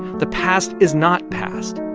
the past is not past.